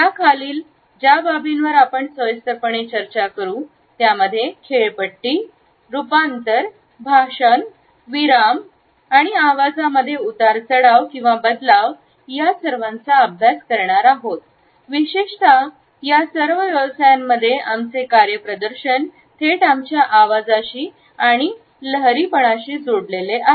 त्याखालील ज्या बाबींवर आपण सविस्तरपणे चर्चा करू त्यामध्ये खेळपट्टी रूपांतरभाषण विराम द्या आणि आवाजामध्ये उतार चढाव किंवा बदलाव या सर्वांचा अभ्यास करणारा आहोत विशेषतः त्या सर्व व्यवसायांमध्ये आमचे कार्यप्रदर्शन थेट आमच्या आवाजाशी आणि त्याच्या लहरीपणाशीजोडलेले आहे